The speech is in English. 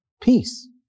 peace